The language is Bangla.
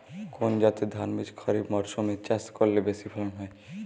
কোন জাতের ধানবীজ খরিপ মরসুম এ চাষ করলে বেশি ফলন হয়?